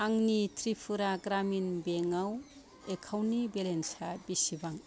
आंनि त्रिपुरा ग्रामिन बेंकआव एकाउन्टनि बेलेन्सा बेसेबां